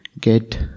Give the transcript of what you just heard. get